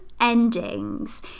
endings